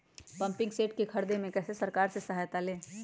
Pumping set के ख़रीदे मे कैसे सरकार से सहायता ले?